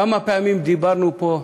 כמה פעמים דיברנו פה,